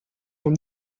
from